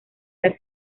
las